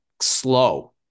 slow